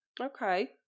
Okay